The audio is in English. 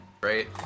Great